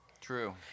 True